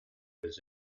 was